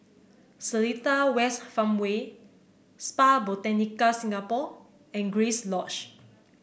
Seletar West Farmway Spa Botanica Singapore and Grace Lodge